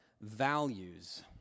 values